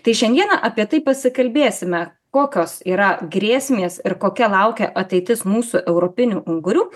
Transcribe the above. tai šiandieną apie tai pasikalbėsime kokios yra grėsmės ir kokia laukia ateitis mūsų europinių ungurių